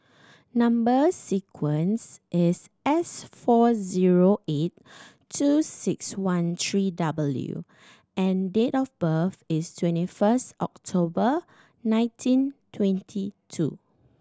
number sequence is S four zero eight two six one three W and date of birth is twenty first October nineteen twenty two